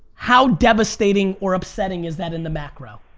how devastating or upsetting is that in the macro?